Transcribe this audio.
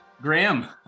Graham